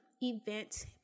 event